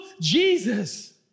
Jesus